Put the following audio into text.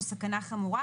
או סכנה חמורה,